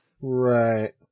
Right